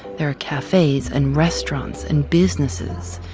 there are cafes and restaurants and businesses,